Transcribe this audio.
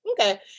okay